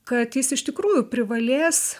kad jis iš tikrųjų privalės